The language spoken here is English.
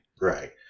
Right